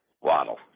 Waddle